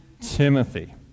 Timothy